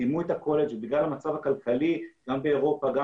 סיימו את הקולג' ובגלל המצב הכלכלי גם באירופה וגם